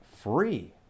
free